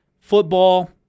football